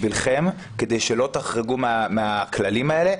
קחו Buffer סביר בשבילכם כדי שלא תחרגו מהכללים האלה.